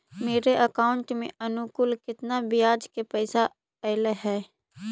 मेरे अकाउंट में अनुकुल केतना बियाज के पैसा अलैयहे?